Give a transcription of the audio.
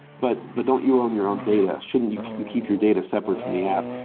but but don't you own your own data? shouldn't you you keep your data separate from the app?